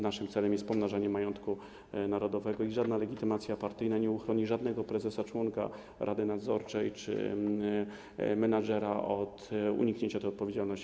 Naszym celem jest pomnażanie majątku narodowego i żadna legitymacja partyjna nie uchroni żadnego prezesa, członka rady nadzorczej czy menedżera od uniknięcia tej odpowiedzialności.